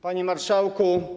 Panie Marszałku!